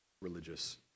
religious